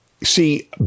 see